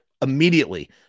immediately